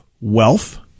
wealth